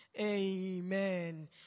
Amen